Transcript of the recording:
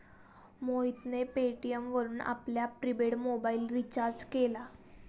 मोहितने पेटीएम वरून आपला प्रिपेड मोबाइल रिचार्ज केला